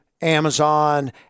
Amazon